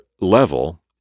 level